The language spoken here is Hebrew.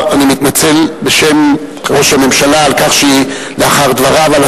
אני מתנצל בשם ראש הממשלה על כך שלאחר דבריו על